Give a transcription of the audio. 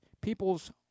people's